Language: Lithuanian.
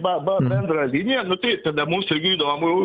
ba ba bendrą liniją nu tai tada mums irgi įdomu